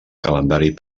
calendari